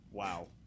Wow